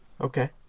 Okay